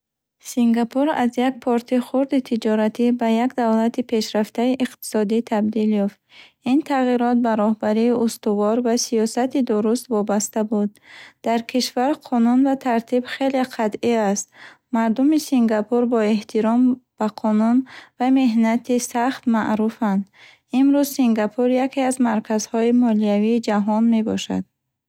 Сингапур аз як порти хурди тиҷоратӣ ба як давлати пешрафтаи иқтисодӣ табдил ёфт. Ин тағйирот ба раҳбарии устувор ва сиёсати дуруст вобаста буд. Дар кишвар қонун ва тартиб хеле қатъӣ аст. Мардуми сингапур бо эҳтиром ба қонун ва меҳнати сахт маъруфанд. Имрӯз Сингапур яке аз марказҳои молиявии ҷаҳон мебошад.